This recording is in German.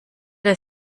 der